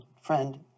friend